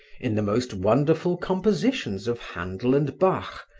in the most wonderful compositions of handel and bach,